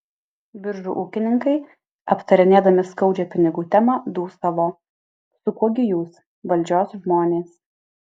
biržų ūkininkai aptarinėdami skaudžią pinigų temą dūsavo su kuo gi jūs valdžios žmonės